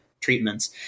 treatments